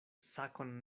sakon